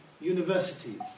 universities